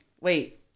wait